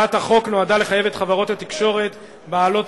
הצעת החוק נועדה לחייב את חברות התקשורת בעלות